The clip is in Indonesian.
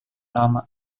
lama